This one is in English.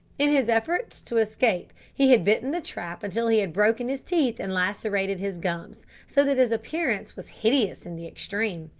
in his efforts to escape he had bitten the trap until he had broken his teeth and lacerated his gums, so that his appearance was hideous in the extreme.